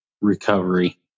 recovery